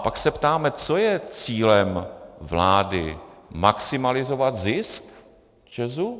Pak se ptáme, co je cílem vlády maximalizovat zisk ČEZu?